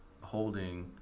holding